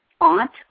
aunt